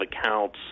accounts